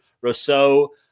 Rousseau